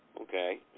Okay